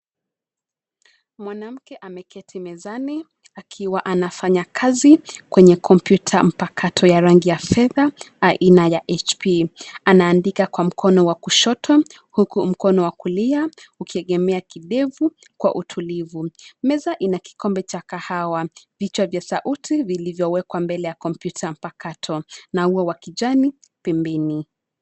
Mwanamke ameketi mezani, akiwa anafanya kazi, kwenye kompyuta mpakato ya rangi ya fedha aina ya HP , anaandika kwa mkono wa kushoto, huku mkono wa kulia, ukiegemea kidevu, kwa utulivu, meza ina kikombe cha kahawa, vichwa vya sauti vilivyowekwa mbele ya kompyuta mpakato, na ua wa kijani, pembeni.